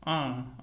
ஆ